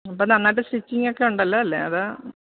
ഇപ്പോൾ നന്നായിട്ട് സ്റ്റിച്ചിങ്ങൊക്കെ ഉണ്ടല്ലോ അല്ലെ അതോ